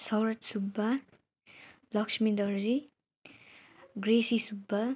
Saroj Subba Lakshmi Darji Gracy Subba